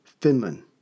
Finland